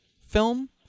film